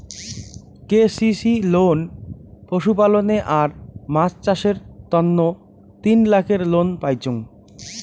KCC loan পশুপালনে আর মাছ চাষের তন্ন তিন লাখের লোন পাইচুঙ